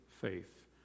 faith